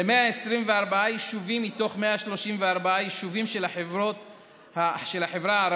ל-124 יישובים מתוך 134 יישובים של החברה הערבית,